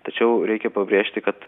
tačiau reikia pabrėžti kad